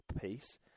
piece